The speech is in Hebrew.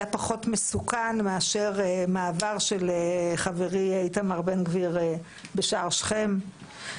פחות מסוכן מאשר מעבר של חברי איתמר בן גביר בשער שכם?